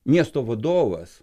miesto vadovas